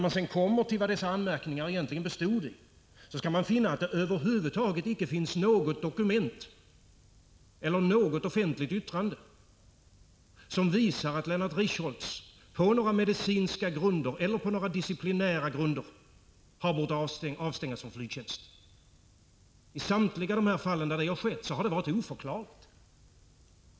Den som undersöker vari dessa anmärkningar bestod skall finna att det över huvud taget icke finns något dokument eller något offentligt yttrande som visar att Lenlart Richholtz på några medicinska eller disciplinära grunder har bort avstängas från flygtjänst. I samtliga fall då det har skett har det varit oförklarligt.